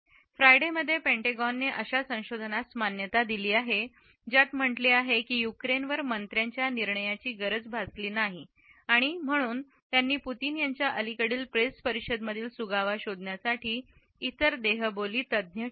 Friday मध्ये पेंटॅगॉनने अशा संशोधनास मान्यता दिली आहे ज्यात म्हटले आहे युक्रेन वर मंत्र्यांच्या निर्णयाची गरज भासली नाही म्हणून त्यांनी पुतीन यांच्या अलीकडील प्रेसपरिषद मधील सुगावा शोधण्यासाठी इतर देहबोली तज्ञ ठेवले